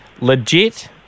legit